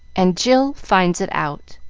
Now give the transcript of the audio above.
and jill finds it out